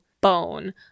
bone